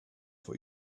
for